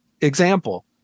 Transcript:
example